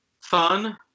fun